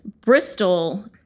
Bristol